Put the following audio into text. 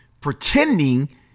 pretending